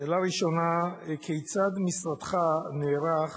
שאלה ראשונה: כיצד משרדך נערך